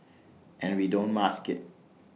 and we don't mask IT